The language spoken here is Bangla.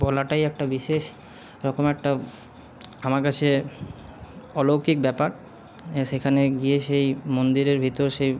বলাটাই একটা বিশেষ রকম একটা আমার কাছে অলৌকিক ব্যাপার সেখানে গিয়ে সেই মন্দিরের ভিতর সেই